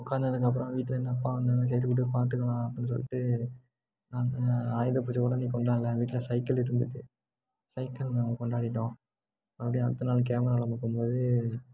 உட்காந்ததுக்கு அப்புறம் வீட்டிலேந்து அப்பா வந்து சரி விடு பார்த்துக்கலாம் அப்பட்னு சொல்லிட்டு நான் ஆயுதபூஜை கூட அன்னைக்கு கொண்டாடல எங்கள் வீட்டில சைக்கிள் இருந்துச்சு சைக்கிள் நாங்கள் கொண்டாடிகிட்டோம் மறுபடியும் அடுத்த நாள் கேமராவில பார்க்கும் போது